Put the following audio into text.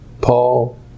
Paul